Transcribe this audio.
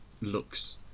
looks